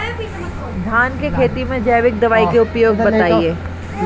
धान के खेती में जैविक दवाई के उपयोग बताइए?